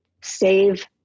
save